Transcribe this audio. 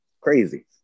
crazy